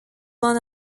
one